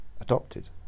adopted